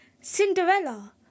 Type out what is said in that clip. Cinderella